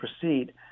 proceed